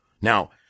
Now